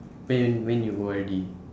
when when you O_R_D